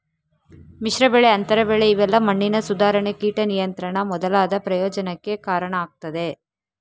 ಮಿಶ್ರ ಬೆಳೆ, ಅಂತರ ಬೆಳೆ ಇವೆಲ್ಲಾ ಮಣ್ಣಿನ ಸುಧಾರಣೆ, ಕೀಟ ನಿಯಂತ್ರಣ ಮೊದಲಾದ ಪ್ರಯೋಜನಕ್ಕೆ ಕಾರಣ ಆಗ್ತದೆ